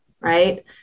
Right